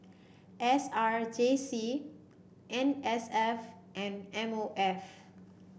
S R J C N S F and M O F